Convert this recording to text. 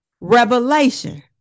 Revelation